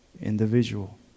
individual